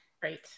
Great